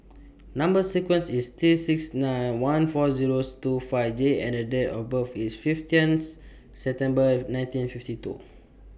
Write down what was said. Number sequence IS T six nine one four zeros two five J and Date of birth IS fifteenth September nineteen fifty two